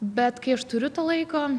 bet kai aš turiu to laiko